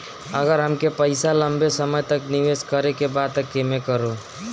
अगर हमके पईसा लंबे समय तक निवेश करेके बा त केमें करों?